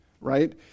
right